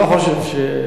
שעה נואם ואחר כך, אוקיי.